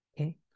okay